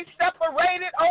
separated